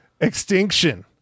Extinction